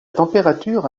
température